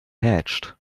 hatched